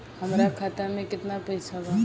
हमरा खाता मे केतना पैसा बा?